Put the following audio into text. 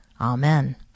Amen